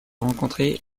rencontrer